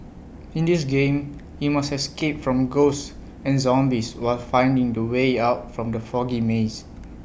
in this game you must escape from ghosts and zombies while finding the way out from the foggy maze